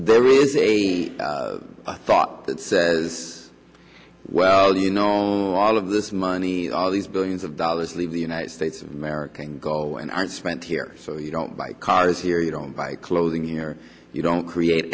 there is a i thought that says well you know all of this money all these billions of dollars leave the united states of america and go and aren't spent here so you don't buy cars here you don't buy clothing or you don't create